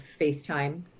FaceTime